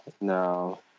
No